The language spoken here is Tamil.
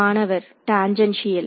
மாணவர் டேன்ஜன்சியல்